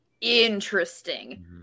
interesting